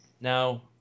Now